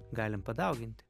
galim padauginti